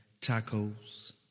Tacos